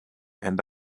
and